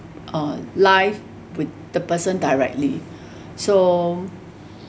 on live with the person directly so